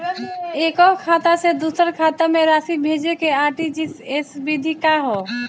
एकह खाता से दूसर खाता में राशि भेजेके आर.टी.जी.एस विधि का ह?